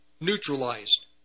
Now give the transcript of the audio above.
neutralized